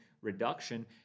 reduction